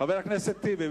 חבר הכנסת טיבי,